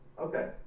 Okay